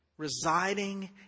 residing